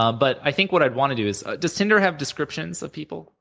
um but i think what i'd want to do is does tinder have descriptions of people?